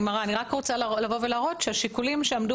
אני רק רוצה ולהראות שהשיקולים שעמדו